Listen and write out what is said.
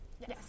Yes